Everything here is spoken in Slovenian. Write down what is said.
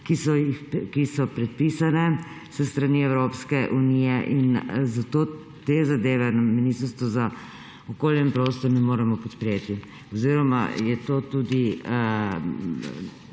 ki so predpisane s strani Evropske unije. Zato te zadeve na Ministrstvu za okolje in prostor ne moremo podpreti oziroma je to tudi